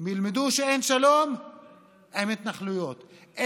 הם ילמדו שאין שלום עם התנחלויות,